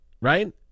right